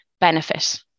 benefit